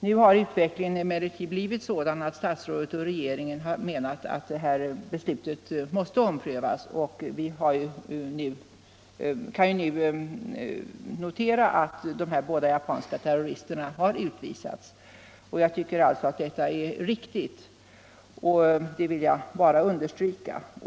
Nu har utvecklingen emellertid blivit sådan att statsrådet och regeringen har menat att beslutet måste omprövas, och vi kan konstatera att de båda japanska terroristerna har utvisats. Jag tycker alltså att detta är riktigt — det vill jag understryka.